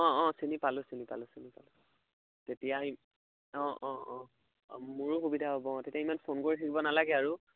অঁ অঁ চিনি পালোঁ চিনি পালোঁ চিনি পালোঁ তেতিয়া অঁ অঁ অঁ অঁ মোৰো সুবিধা হ'ব অঁ তেতিয়া ইমান ফোন কৰি থাকিব নালাগে আৰু